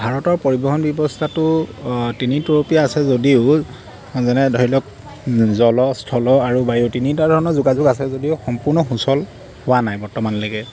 ভাৰতৰ পৰিবহন ব্যৱস্থাটো তিনিতৰপীয়া আছে যদিও যেনে ধৰি লওক জল স্থল আৰু বায়ু তিনিটা ধৰণৰ যোগাযোগ আছে যদিও সম্পূৰ্ণ সুচল হোৱা নাই বৰ্তমানলৈকে